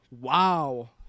Wow